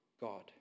God